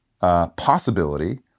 possibility